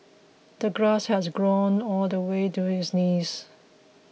the grass had grown all the way to his knees